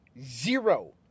zero